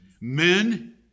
Men